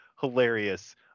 hilarious